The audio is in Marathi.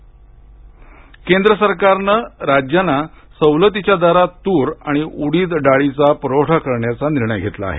डाळ पुरवठा केंद्र सरकारन राज्यांना सवलतीच्या दरात तूर आणि उडीद डाळीचा पुरवठा करण्याचा निर्णय घेतला आहे